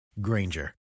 Granger